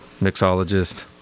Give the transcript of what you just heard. mixologist